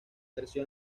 creció